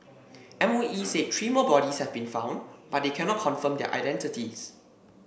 MOE said three more bodies have been found but they cannot confirm their identities